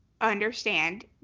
understand